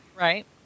Right